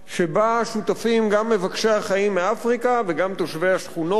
שבה שותפים גם מבקשי החיים מאפריקה וגם תושבי השכונות המוחלשות,